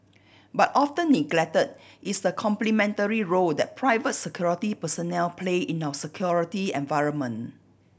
but often neglected is the complementary role that private security personnel play in our security environment